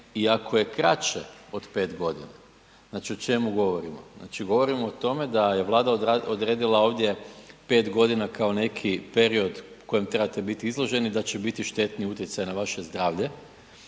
ako je kraće od 5 godina. Znači o čemu govorimo? Govorimo o tome da je Vlada odredila ovdje 5 godina kao neki period kojem trebate biti izloženi da će biti štetni utjecaji na vaše zdravlje